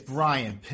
Brian